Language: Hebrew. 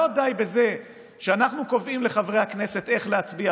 לא די בזה שאנחנו קובעים לחברי הכנסת איך להצביע,